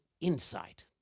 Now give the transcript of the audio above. insight